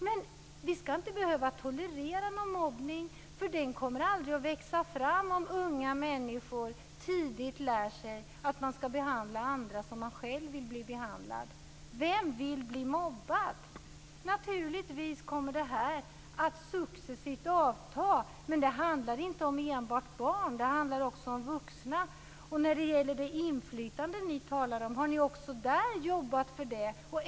Men vi skall inte behöva tolerera någon mobbning, därför att den kommer aldrig att växa fram om unga människor tidigt lär sig att man skall behandla andra som man själv vill bli behandlad. Vem vill bli mobbad? Det här kommer naturligtvis att successivt avta, men det handlar inte enbart om barn utan också om vuxna. När det gäller det inflytande ni talar om: Har ni också där jobbat för det?